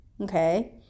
okay